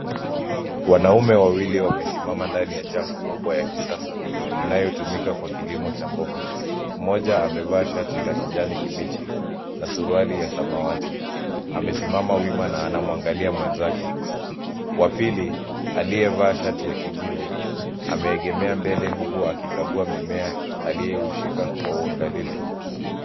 Wanaume wawili wamesimama ndani ya chafu kubwa ya kisasa, inayotumika kwa kilimo cha mboga. Mmoja amevaa shati la kijani kibichi na suruali ya samawati, amesimama wima na anamwangalia mwenzake. Wa pili, aliyevaa shati la kijivu ameegemea mbele, huku akikagua mimea aliyoshika kwa uangalifu.